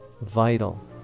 vital